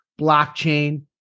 blockchain